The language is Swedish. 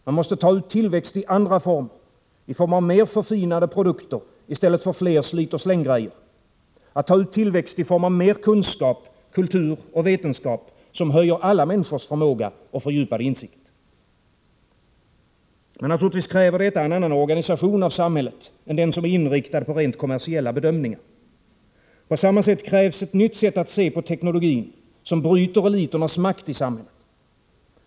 Man måste ta ut tillväxt i andra former, i form av mer förfinade produkter i stället för fler slitoch slänggrejor, att ta ut tillväxt i form av mer kunskap, kultur och vetenskap, som höjer alla människors förmåga och fördjupade insikt. Men naturligtvis kräver detta en annan organisation av samhället än den som är inriktad på rent kommersiella bedömningar. På samma sätt krävs ett nytt sätt att se på teknologin, som bryter eliternas makt i samhället.